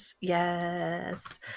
yes